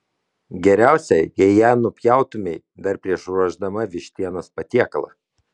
geriausia jei ją nupjautumei dar prieš ruošdama vištienos patiekalą